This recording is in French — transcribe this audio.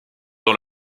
dans